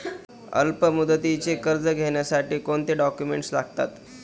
अल्पमुदतीचे कर्ज घेण्यासाठी कोणते डॉक्युमेंट्स लागतात?